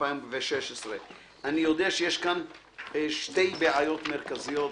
התשע"ו 2016. אני יודע שיש כאן שתי בעיות מרכזיות.